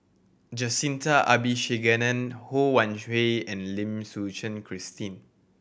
Jacintha Abisheganaden Ho Wan Hui and Lim Suchen Christine